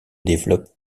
développe